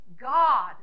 God